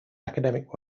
academic